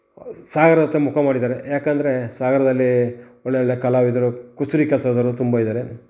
ಸಾಗರದತ್ತ ಮುಖ ಮಾಡಿದ್ದಾರೆ ಯಾಕೆಂದರೆ ಸಾಗರದಲ್ಲಿ ಒಳ್ಳೆ ಒಳ್ಳೆ ಕಲಾವಿದರು ಕುಸುರಿ ಕೆಲಸದವರು ತುಂಬ ಇದ್ದಾರೆ